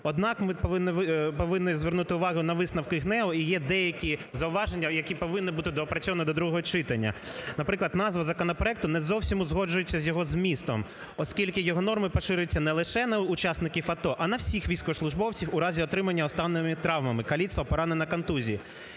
Однак, ми повинні звернути увагу на висновки ГНЕУ, і є деякі зауваження, які повинні бути доопрацьовані до другого читання. Наприклад, назва законопроекту не зовсім узгоджується з його змістом, оскільки його норми поширюються не лише на учасників АТО, а на всіх військовослужбовців, у разі отримання останніми травм, каліцтва, поранення, контузії.